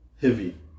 Heavy